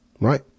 right